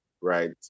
right